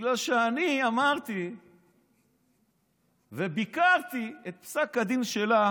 בגלל שאני אמרתי וביקרתי את פסק הדין שלה,